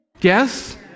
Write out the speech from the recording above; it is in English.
Yes